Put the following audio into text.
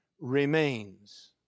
remains